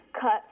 cut